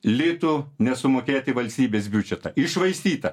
litų nesumokėti į valstybės biudžetą iššvaistyta